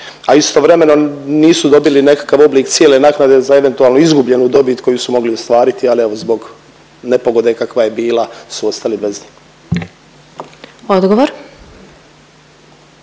a istovremeno nisu dobili nekakav oblik cijele naknade za eventualno izgubljenu dobit koju su mogli ostvariti ali evo zbog nepogode kakva je bila su ostali bez. **Glasovac,